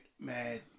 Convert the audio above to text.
mad